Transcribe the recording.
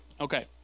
okay